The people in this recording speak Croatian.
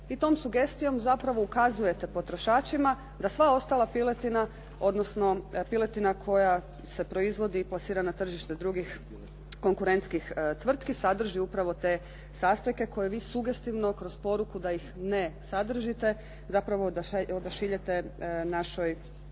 i tom sugestijom zapravo ukazujete potrošačima da sva ostala piletina, odnosno piletina koja se proizvodi i plasira na tržište drugih konkurentskih tvrtki sadrži upravo te sastojke koje vi sugestivno kroz poruku da ih ne sadržite zapravo da odašiljete